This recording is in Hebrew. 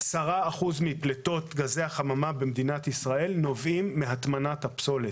זה ש-10% מפליטות גזי החממה במדינת ישראל נובעים מהטמנת הפסולת.